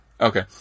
okay